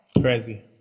Crazy